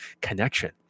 connection